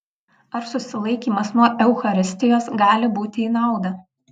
ar susilaikymas nuo eucharistijos gali būti į naudą